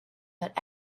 but